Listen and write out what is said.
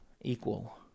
equal